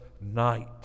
night